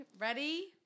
ready